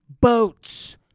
boats